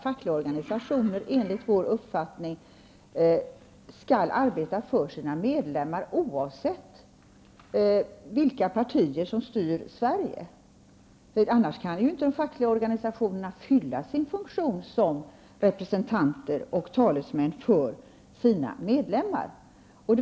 Fackliga organisationer skall, enligt vår uppfattning, arbeta för sina medlemmar oavsett vilka partier som styr Sverige. Annars kan inte de fackliga organisationerna fylla sin funktion som representanter och talesmän för sina medlemmar.